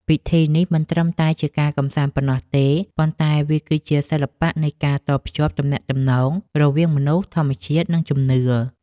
ពិធីនេះមិនត្រឹមតែជាការកម្សាន្តប៉ុណ្ណោះទេ ប៉ុន្តែវាគឺជាសិល្បៈនៃការតភ្ជាប់ទំនាក់ទំនងរវាងមនុស្ស ធម្មជាតិ និងជំនឿ។